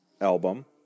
album